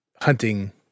Hunting